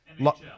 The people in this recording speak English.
NHL